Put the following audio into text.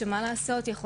אז זה חלק מהעניין,